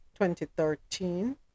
2013